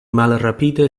malrapide